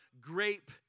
grape